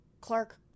Clark